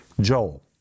joel